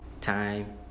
Time